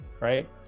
right